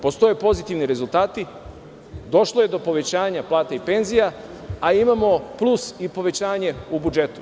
Postoje pozitivni rezultati, došlo je do povećanja plata i penzija, a imamo plus i povećanje u budžetu.